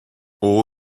all